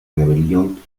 rebelión